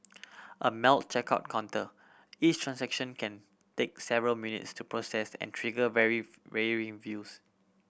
a Melt checkout counter each transaction can take several minutes to process and trigger vary varying views